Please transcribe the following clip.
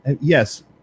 yes